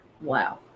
wow